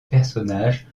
personnage